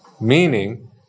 Meaning